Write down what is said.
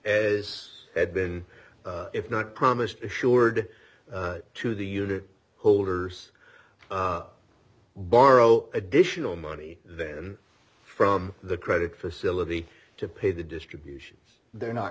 as had been if not promised assured to the unit holders borrow additional money then from the credit facility to pay the distribution they're not